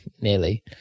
nearly